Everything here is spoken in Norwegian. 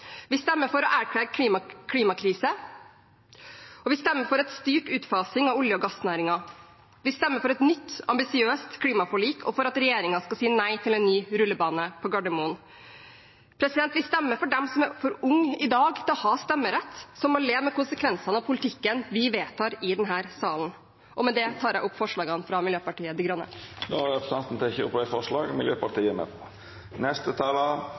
Vi stemmer for å erklære klimakrise, og vi stemmer for en styrt utfasing av olje- og gassnæringen. Vi stemmer for et nytt, ambisiøst klimaforlik og for at regjeringen skal si nei til en ny rullebane på Gardermoen. Vi stemmer for dem som i dag er for unge til å ha stemmerett, og som må leve med konsekvensene av politikken vi vedtar i denne salen. Med det tar jeg opp forslagene fra Miljøpartiet De Grønne. Representanten Une Bastholm har teke opp